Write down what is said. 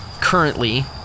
currently